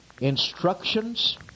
Instructions